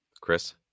Chris